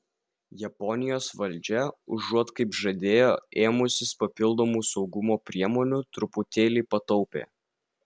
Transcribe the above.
japonijos valdžia užuot kaip žadėjo ėmusis papildomų saugumo priemonių truputėlį pataupė